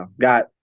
got